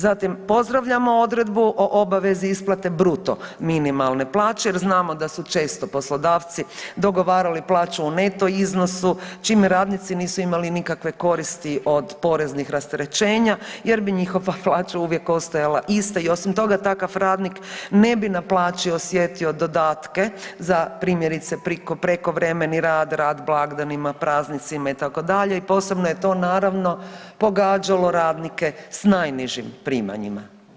Zatim pozdravljamo odredbu o obvezi isplate bruto minimalne plaće jer znamo da su često poslodavci dogovarali plaću u neto iznosu čime radnici nisu imali nikakve koristi od poreznih rasterećenja jer bi njihova plaća uvijek ostajala ista i osim toga takav radnik ne bi na plaći osjetio dodatke za primjerice prekovremeni rad, rad blagdanima, praznicima itd. i posebno je to naravno pogađalo radnike s najnižim primanjima.